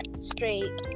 straight